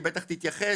היא בטח תתייחס,